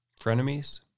Frenemies